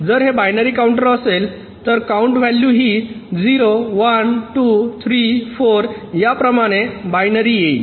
जर हे binary counter असेल तर काउंट व्हॅलू ही 0 1 2 3 4 या प्रमाणे बायनरी येईल